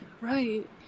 right